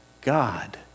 God